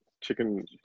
chicken